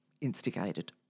instigated